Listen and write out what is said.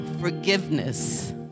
forgiveness